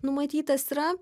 numatytas yra